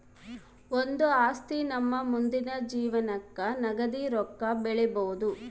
ಒಂದು ಆಸ್ತಿ ನಮ್ಮ ಮುಂದಿನ ಜೀವನಕ್ಕ ನಗದಿ ರೊಕ್ಕ ಬೆಳಿಬೊದು